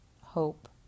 hope